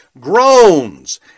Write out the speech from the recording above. groans